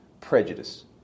prejudice